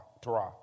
Torah